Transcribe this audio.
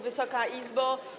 Wysoka Izbo!